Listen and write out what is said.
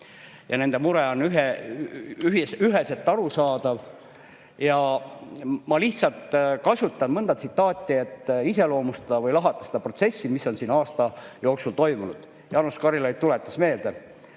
Nende mure on üheselt arusaadav. Ja ma lihtsalt kasutan mõnda tsitaati, et iseloomustada või lahata seda protsessi, mis on siin aasta jooksul toimunud. Jaanus Karilaid tuletas meelde,